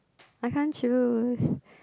I can't choose